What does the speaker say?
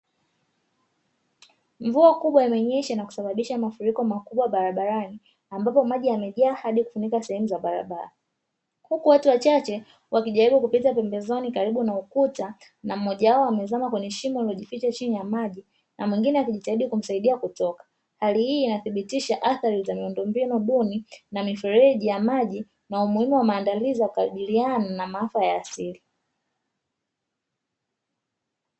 Mvua kubwa iliyonyesha na kusababisha mafuriko makubwa barabarani, ambapo maji yamejaa hadi kufunika sehemu za barabara. Huku watu wachache wakijaribu kupita pembezoni karibu na ukuta na mmoja wao amezama kwenye shimo lililojificha chini ya maji na mwingine akijitahidi kumsaidia kutoka. Hali hii inathibitisha athari za miundombinu duni na mifereji ya maji na umuhimu wa maandalizi ya kukabiliana na maafa ya asili.